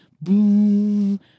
Boom